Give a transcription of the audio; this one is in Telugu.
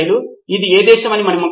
నితిన్ కురియన్ వారిద్దరూ సరి సమానము